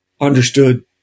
understood